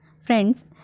Friends